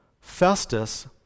festus